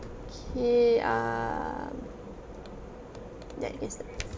okay um ya you can start